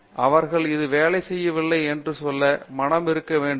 பேராசிரியர் பாபு விஸ்வநாத் அவர்கள் அது வேலை செய்யவில்லை என்று சொல்ல மனம் இருக்க வேண்டும்